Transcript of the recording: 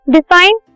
Define